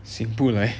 醒不来